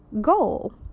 goal